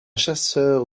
chasseur